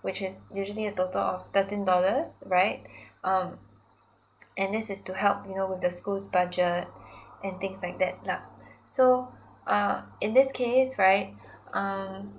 which is usually a total of thirteen dollars right um and this is to help you know with the school's budget and things like that lah so uh in this case right um